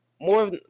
more